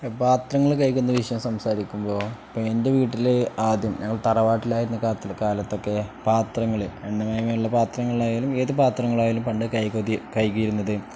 പാത്രങ്ങൾ കഴുകുന്ന വിഷയം സംസാരിക്കുമ്പോൾ ഇപ്പം എൻ്റെ വീട്ടിൽ ആദ്യം ഞങ്ങൾ തറവാട്ടിലായിരുന്ന കാലത്ത് കാലത്തൊക്കെ പാത്രങ്ങൾ എണ്ണമയമുള്ള പാത്രങ്ങളായാലും ഏത് പാത്രങ്ങളായാലും പണ്ട് കഴുകി കഴുകിയിരുന്നത്